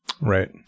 Right